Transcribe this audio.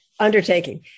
undertaking